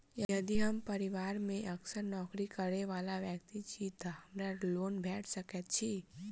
यदि हम परिवार मे असगर नौकरी करै वला व्यक्ति छी तऽ हमरा लोन भेट सकैत अछि?